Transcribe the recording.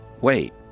Wait